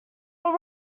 all